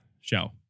show